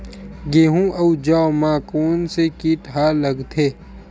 गेहूं अउ जौ मा कोन से कीट हा लगथे?